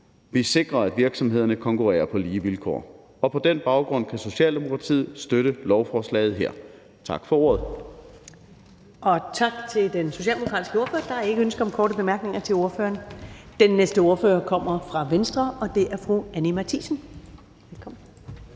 vi sikrer, at virksomhederne konkurrerer på lige vilkår. På den baggrund kan Socialdemokratiet støtte lovforslaget her. Tak for ordet. Kl. 19:56 Første næstformand (Karen Ellemann): Tak til den socialdemokratiske ordfører. Der er ikke ønske om korte bemærkninger til ordføreren. Den næste ordfører kommer fra Venstre, og det er fru Anni Matthiesen. Velkommen.